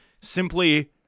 simply